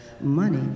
money